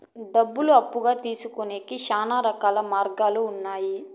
డబ్బులు అప్పుగా తీసుకొనేకి శ్యానా రకాల మార్గాలు ఉన్నాయి